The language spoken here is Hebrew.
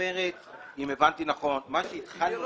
על סדר היום שינויים